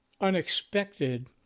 unexpected